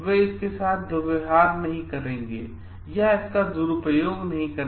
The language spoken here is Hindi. वे इसके साथ दुर्व्यहार नहीं करेंगे या इसका दुरुपयोग करें